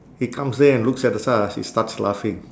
he comes there and looks at us he starts laughing